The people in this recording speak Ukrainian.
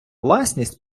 власність